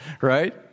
right